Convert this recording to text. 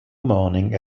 morning